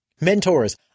Mentors